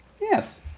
Yes